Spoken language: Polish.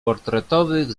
portretowych